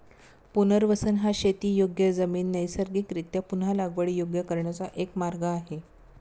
पुनर्वसन हा शेतीयोग्य जमीन नैसर्गिकरीत्या पुन्हा लागवडीयोग्य करण्याचा एक मार्ग आहे